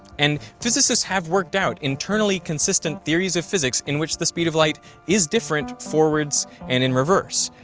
and physicists have worked out internally consistent theories of physics in which the speed of light is different forwards and in reverse.